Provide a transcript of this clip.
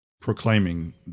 proclaiming